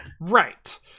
Right